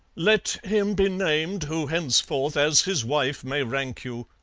let him be named, who henceforth as his wife may rank you.